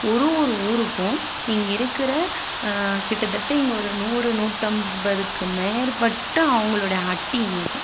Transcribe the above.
ஒரு ஒரு ஊருக்கும் இங்கே இருக்கிற கிட்டத்தட்ட இங்கே ஒரு நூறு நூற்றம்பதுக்கு மேற்பட்ட அவங்களுடைய ஹட்டி இங்கே இருக்கும்